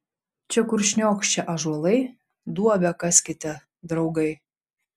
čia kur šniokščia ąžuolai duobę kaskite draugai